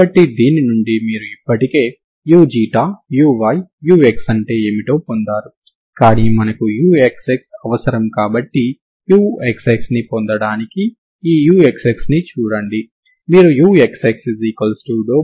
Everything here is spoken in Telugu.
కాబట్టి దీని నుండి మీరు ఇప్పటికే u uy ux అంటే ఏమిటో పొందారు కానీ మనకు uxx అవసరం కాబట్టి uxxపొందడానికి ఈ uxxని చూడండి